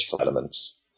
elements